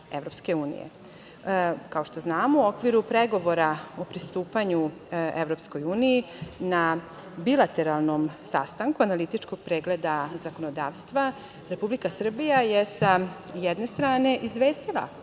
tržišta EU.Kao što znamo, u okviru pregovora o pristupanju EU na bilateralnom sastanku analitičkog pregleda zakonodavstva, Republika Srbija je sa jedne strane izvestila